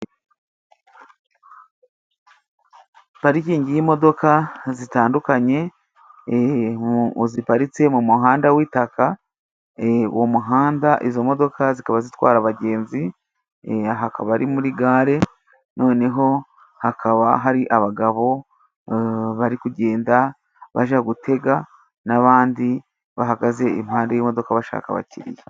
Parikingi y'imodoka zitandukanye ziparitse mu muhanda w'itakaka uwo muhanda izo modoka zikaba zitwara abagenzi hakaba ari muri gare noneho hakaba hari abagabo bari kugenda baja gutega n'abandi bahagaze impande y'imodoka bashaka abakiriya.